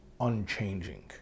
unchanging